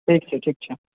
ठीक छै ठीक छै